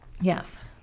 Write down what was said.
yes